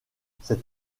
cette